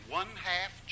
one-half